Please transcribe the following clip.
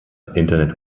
internet